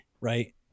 right